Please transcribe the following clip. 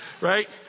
right